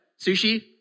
Sushi